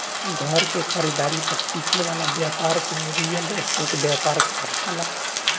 घर के खरीदारी पर टिके वाला ब्यपार के रियल स्टेट ब्यपार कहल जाला